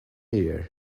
year